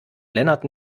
lennart